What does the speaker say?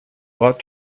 ought